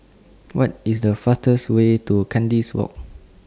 What IS The fastest Way to Kandis Walk